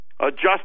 adjust